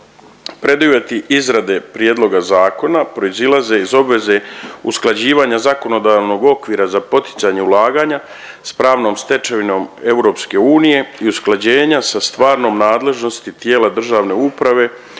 Preduvjeti izrade prijedloga zakona proizilaze iz obveze usklađivanja zakonodavnog okvira za poticanje ulaganja s pravnom stečevinom EU i usklađenja sa stvarnom nadležnosti tijela državne uprave